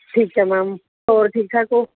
ਠੀਕ ਹੈ ਮੈਮ ਹੋਰ ਠੀਕ ਠਾਕ ਹੋ